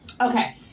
okay